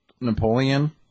Napoleon